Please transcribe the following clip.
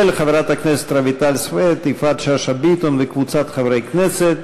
של חברות הכנסת רויטל סויד ויפעת שאשא ביטון וקבוצת חברי הכנסת.